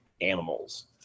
animals